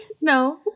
no